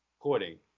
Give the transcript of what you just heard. according